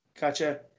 Gotcha